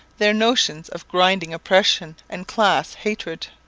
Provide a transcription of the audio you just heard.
their notions of grinding oppression and class hatred.